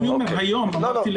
דיברתי לגבי היום.